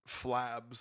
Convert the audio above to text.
flabs